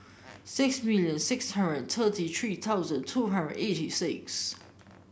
six million six hundred and thirty three thousand two hundred eighty six